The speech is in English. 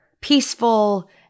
peaceful